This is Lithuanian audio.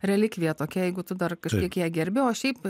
relikvija tokia jeigu tu dar kažkiek ją gerbi o šiaip